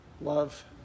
Love